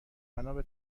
بنابه